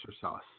sauce